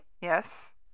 Yes